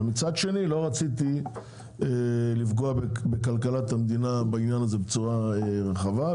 אבל מצד שני לא רציתי לפגוע בכלכלת המדינה בעניין הזה בצורה רחבה,